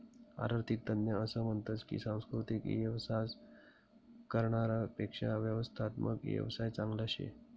आरर्थिक तज्ञ असं म्हनतस की सांस्कृतिक येवसाय करनारास पेक्शा व्यवस्थात्मक येवसाय चांगला शे